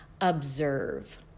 observe